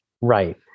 Right